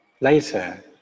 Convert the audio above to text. later